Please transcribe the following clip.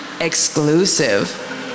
exclusive